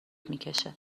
میکنه